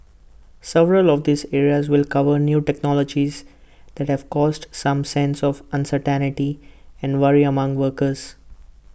several of these areas will cover new technologies that have caused some sense of uncertainty and worry among workers